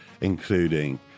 including